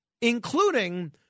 including